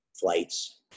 flights